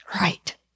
Right